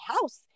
house